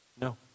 No